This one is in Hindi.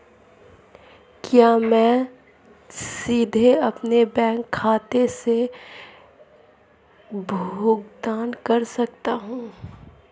क्या मैं सीधे अपने बैंक खाते से भुगतान कर सकता हूं?